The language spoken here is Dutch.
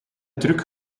truc